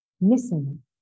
missing